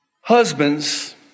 Husbands